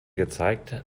gezeigt